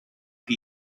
the